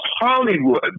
Hollywood